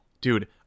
Dude